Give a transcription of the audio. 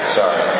Sorry